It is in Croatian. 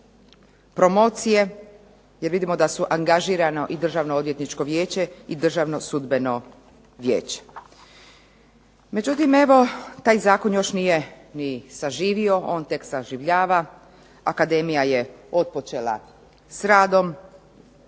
promocije, jer vidimo da su angažirano i Državnoodvjetničko vijeće i Državno sudbeno vijeće. Međutim evo taj zakon još nije ni saživio, on tek saživljava, akademija otpočela s radom,